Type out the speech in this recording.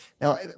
Now